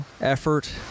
effort